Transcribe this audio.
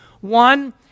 One